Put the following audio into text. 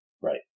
Right